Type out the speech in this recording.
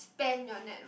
expand your network